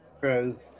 True